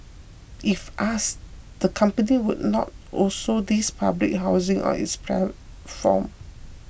if asked the company would not also list public housing on its platform